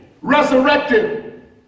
resurrected